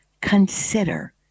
consider